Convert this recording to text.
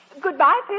Goodbye